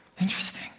interesting